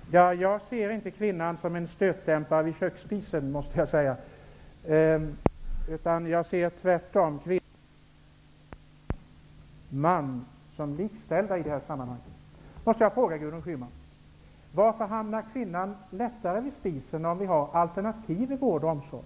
Herr talman! Jag ser inte kvinnan som en stötdämpare vid köksspisen. Jag ser tvärtom kvinnor och män som likställda i det här sammanhanget. Varför hamnar kvinnan lättare vid spisen, Gudrun Schyman, om vi har alternativ i vård och omsorg